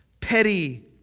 petty